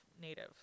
native